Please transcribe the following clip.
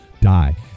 die